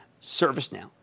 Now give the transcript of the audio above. ServiceNow